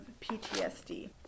PTSD